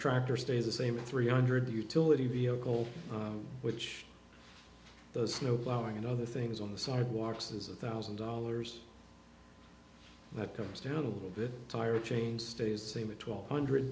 tractor stays the same a three hundred utility vehicle which the snow plowing and other things on the sidewalks is a thousand dollars that comes down a little bit tired chain stays same with twelve hundred